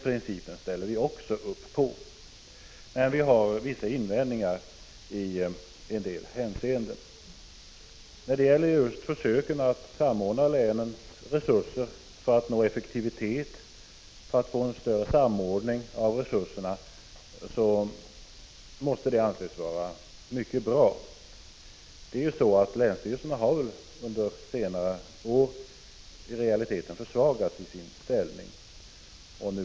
Vi har dock vissa invändningar i en del hänseenden. Just försöken att samordna länens resurser för att uppnå effektivitet måste anses vara mycket bra. Länsstyrelserna har under senare år i realiteten fått sin ställning försvagad.